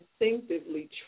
instinctively